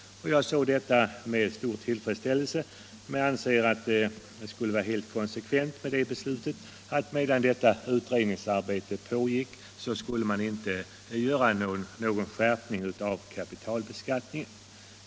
Jag har sett detta med stor tillfredsställelse, men jag anser att det skulle vara helt konsekvent med det beslutet att ingen skärpning av kapitalbeskattningen får ske medan detta utredningsarbete pågår.